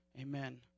Amen